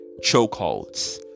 chokeholds